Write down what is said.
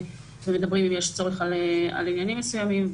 ומדברים אם יש צורך על עניינים מסוימים.